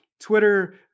Twitter